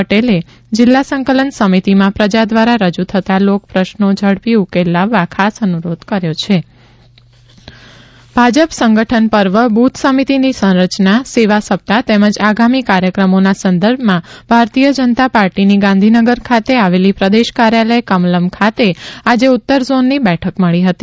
પટેલે જિલ્લા સંકલન સમિતિમાં પ્રજા દ્વારા રજૂ થતાં લોકોપ્રશ્નો ઝડપી ઉકેલ લાવવા ખાસ અનુરોધ કર્યો છે ભાજપ સંગઠન પર્વ બુથ સમિતિની સંરચના સેવા સપ્તાહ તેમજ આગામી કાર્યક્રમોના સંદર્ભમાં ભારતીય જનતા પાર્ટીની ગાંધીનગર ખાતે આવેલી પ્રદેશ કાર્યાલય કમલમ ખાતે આજે ઉત્તર ઝોનની બેઠક મળી હતી